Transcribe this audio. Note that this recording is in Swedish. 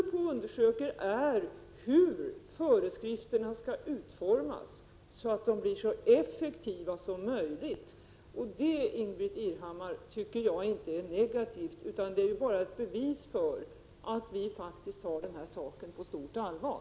Vad man nu undersöker är hur föreskrifterna skall utformas, så att de blir så effektiva som möjligt. Det är tycker jag inte negativt, utan bara ett bevis på att vi faktiskt tar denna sak på stort allvar.